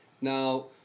Now